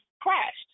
crashed